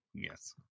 yes